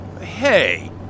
Hey